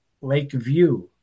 Lakeview